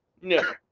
No